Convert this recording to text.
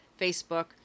Facebook